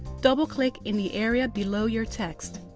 double-click in the area below your text.